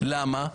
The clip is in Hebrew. למה?